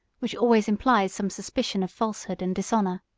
which always implies some suspicion of falsehood and dishonor.